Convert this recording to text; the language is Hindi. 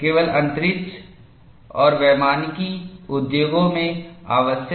केवल अंतरिक्ष और वैमानिकी उद्योगों में आवश्यक